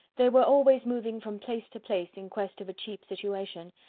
they were always moving from place to place in quest of a cheap situation,